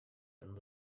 and